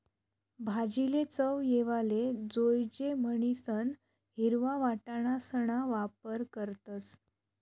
भाजीले चव येवाले जोयजे म्हणीसन हिरवा वटाणासणा वापर करतस